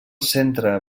centre